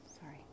Sorry